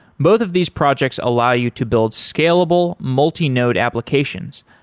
both of these projects allow you to build scalable multi-node applications,